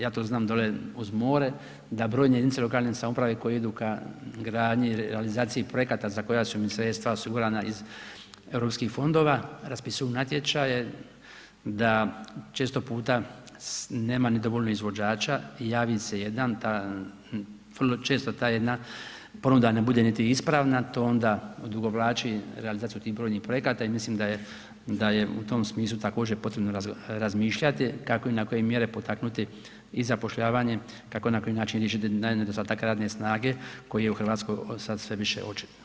Ja to znam dole uz more da brojne jedinice lokalne samouprave koje idu ka gradnji i realizaciji projekata za koja su im sredstva osigurana iz EU fondova raspisuju natječaje da često puta nema ni dovoljno izvođača, javi se jedan, vrlo često ta jedna ponuda ne bude niti ispravna, to onda odugovlači realizaciju tih brojnih projekata i mislim da je u tom smislu također potrebno razmišljati kako i na koje mjere potaknuti i zapošljavanje, kako i na koji način riješiti nedostatak radne snage koji je u Hrvatskoj sad sve više očit.